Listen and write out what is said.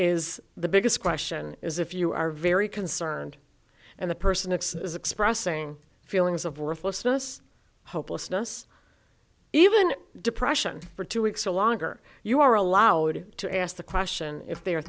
is the biggest question is if you are very concerned and the person x is expressing feelings of worthlessness hopelessness even depression for two weeks or longer you are allowed to ask the question if they